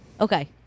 Okay